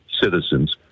citizens